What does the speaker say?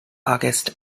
august